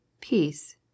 Peace